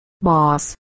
boss